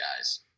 guys